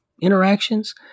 interactions